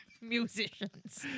musicians